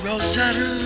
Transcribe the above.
Rosetta